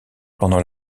pendant